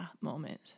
moment